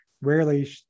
Rarely